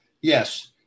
Yes